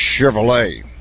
Chevrolet